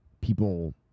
people